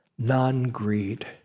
Non-greed